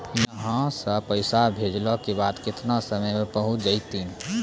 यहां सा पैसा भेजलो के बाद केतना समय मे पहुंच जैतीन?